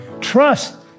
Trust